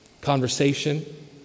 conversation